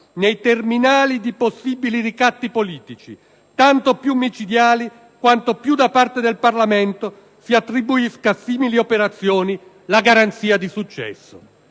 nei terminali di possibili ricatti politici, tanto più micidiali quanto più da parte del Parlamento si attribuisca a simili operazioni la garanzia di successo.